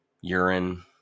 urine